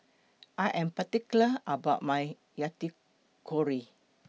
I Am particular about My Yakitori